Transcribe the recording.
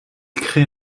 crée